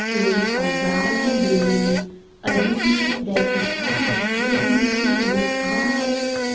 in a radical union a union that, because of the steel industry and its allies,